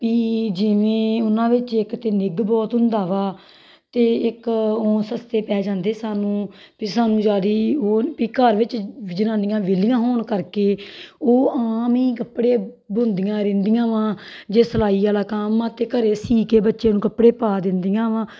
ਪੀ ਜਿਵੇਂ ਉਹਨਾਂ ਵਿੱਚ ਇੱਕ ਤਾਂ ਨਿੱਘ ਬਹੁਤ ਹੁੰਦਾ ਵਾ ਅਤੇ ਇੱਕ ਉਹ ਸਸਤੇ ਪੈ ਜਾਂਦੇ ਸਾਨੂੰ ਵੀ ਸਾਨੂੰ ਜ਼ਿਆਦਾ ਉਹ ਵੀ ਘਰ ਵਿੱਚ ਜਨਾਨੀਆਂ ਵਹਿਲੀਆਂ ਹੋਣ ਕਰਕੇ ਉਹ ਆਮ ਹੀ ਕੱਪੜੇ ਬੁਣਦੀਆਂ ਰਹਿੰਦੀਆਂ ਵਾਂ ਜੇ ਸਿਲਾਈ ਵਾਲਾ ਕੰਮ ਆ ਅਤੇ ਘਰੇ ਸੀਕੇ ਬੱਚੇ ਨੂੰ ਕੱਪੜੇ ਪਾ ਦਿੰਦੀਆਂ ਵਾਂ